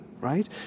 Right